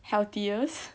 healthiest